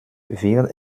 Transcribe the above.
wird